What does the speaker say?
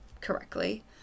correctly